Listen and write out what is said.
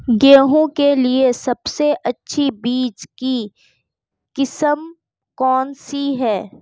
गेहूँ के लिए सबसे अच्छी बीज की किस्म कौनसी है?